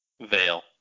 Veil